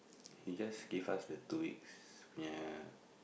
he just give us the two weeks ya